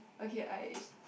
okay I